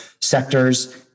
sectors